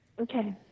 Okay